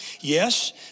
Yes